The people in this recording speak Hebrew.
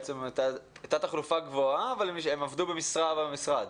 הייתה תחלופה גבוהה אבל הן עבדו במשרה במשרד.